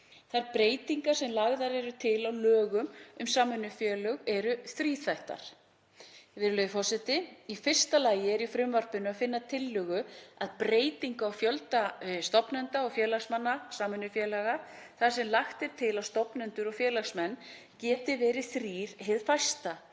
Þær breytingar sem lagðar eru til á lögum um samvinnufélög eru þríþættar. Í fyrsta lagi er í frumvarpinu að finna tillögu að breytingu á fjölda stofnenda og félagsmanna samvinnufélaga þar sem lagt er til að stofnendur og félagsmenn geti verið þrír hið fæsta,